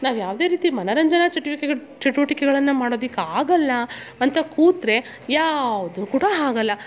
ನಾವು ಯಾವುದೆ ರೀತಿ ಮನರಂಜನಾ ಚಟುವಟಿಗೆಗಳನ್ನು ಮಾಡೊದಕ್ಕಾಗಲ್ಲ ಅಂತ ಕೂತರೆ ಯಾವುದು ಕೂಡ ಆಗಲ್ಲ